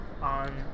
on